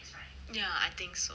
ya I think so